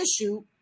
issue